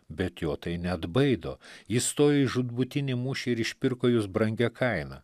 bet jo tai neatbaido jis stojo į žūtbūtinį mūšį ir išpirko jus brangia kaina